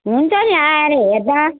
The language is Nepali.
हुन्छ नि आएर हेर्दा